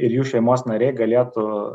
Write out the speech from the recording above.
ir jų šeimos nariai galėtų